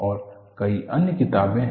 और कई अन्य किताबें हैं